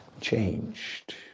changed